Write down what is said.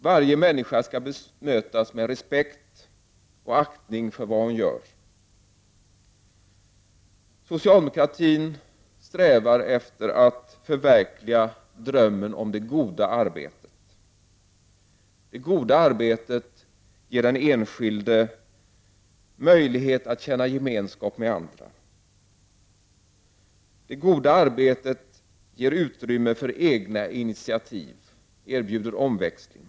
Varje människa skall bemötas med respekt och aktning för vad hon gör. Socialdemokratin strävar efter att förverkliga drömmen om det goda arbetet. Det goda arbetet ger den enskilde möjlighet att känna gemenskap med andra. Det goda arbetet ger utrymme för egna initiativ och erbjuder omväxling.